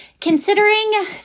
considering